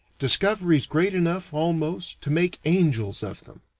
discoveries great enough, almost, to make angels of them.